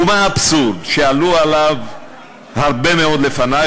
ומה האבסורד שעלו עליו הרבה מאוד לפני?